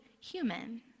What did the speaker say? human